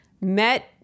met